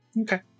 okay